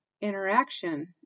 interaction